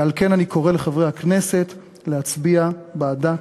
ועל כן אני קורא לחברי הכנסת להצביע בעדה.